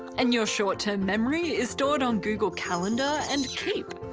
and your short-term memory is stored on google calendar and keep.